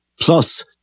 plus